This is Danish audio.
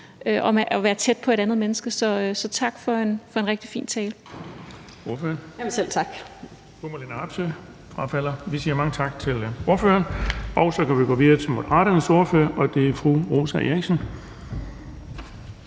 og at være tæt på et andet menneske. Så tak for en rigtig fin tale.